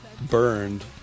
burned